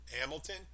Hamilton